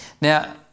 Now